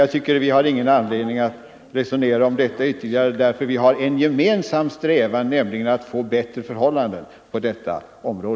Jag tycker dock att vi inte har någon anledning att resonera om detta ytterligare, eftersom vi har en gemensam strävan, nämligen att åstadkomma bättre förhål landen på detta område.